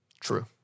True